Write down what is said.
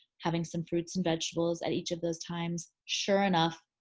having some fruits and vegetables at each of those times. sure enough,